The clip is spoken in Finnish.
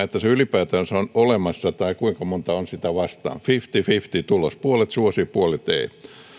että se ylipäätänsä on olemassa tai kuinka monta on sitä vastaan fifty fifty tulos puolet suosi puolet ei